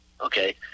okay